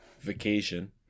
vacation